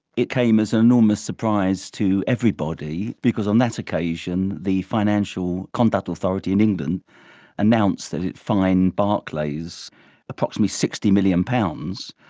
it came as an enormous surprise to everybody, because on that occasion the financial conduct authority in england announced that it fined barclays approximately sixty million pounds,